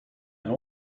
and